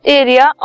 area